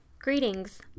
Greetings